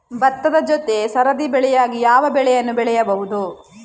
ಭತ್ತದ ಜೊತೆ ಸರದಿ ಬೆಳೆಯಾಗಿ ಯಾವ ಬೆಳೆಯನ್ನು ಬೆಳೆಯಬಹುದು?